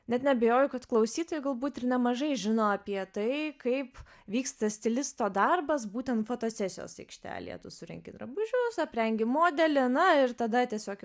net neabejoju kad klausytojai galbūt ir nemažai žino apie tai kaip vyksta stilisto darbas būtent fotosesijos aikštelėje tu surenki drabužius aprengi modelį na ir tada tiesiog